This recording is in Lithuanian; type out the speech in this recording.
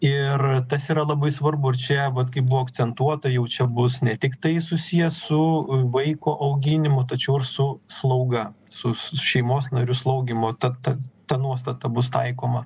ir tas yra labai svarbu ir čia vat kaip buvo akcentuota jau čia bus ne tiktai susiję su vaiko auginimu tačiau ir su slauga su šeimos narių slaugymo ta ta ta nuostata bus taikoma